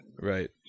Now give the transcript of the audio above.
Right